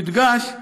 יודגש,